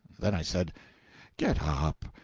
then i said get up.